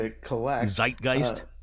zeitgeist